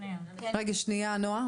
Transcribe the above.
רגע שנייה, נועה.